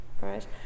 right